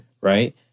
Right